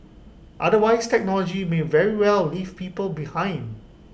otherwise technology may very well leave people behind